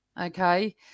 okay